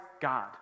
God